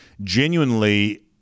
genuinely –